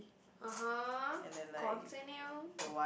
(uh huh) continue